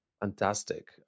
Fantastic